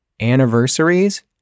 Anniversaries